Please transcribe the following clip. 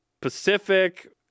Pacific –